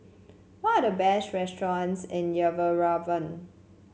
what are the best restaurants in Yerevan